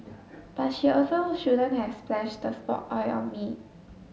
but she also shouldn't have splashed the oil on me